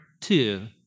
two